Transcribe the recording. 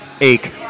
ache